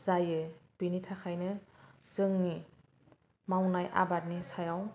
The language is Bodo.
जायो बिनि थाखायनो जोंनि मावनाय आबादनि सायाव